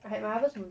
I had my harvest moom